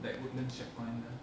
like woodlands checkpoint there